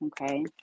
Okay